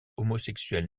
homosexuels